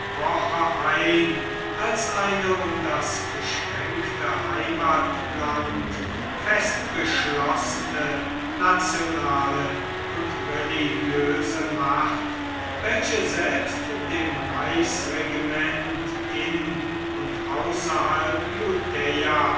ein als eine um das beschränkte heimatland fest geschlossene nationale und religiöse macht welche selbst dem reichsregiment in und außerhalb judäa